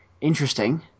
Interesting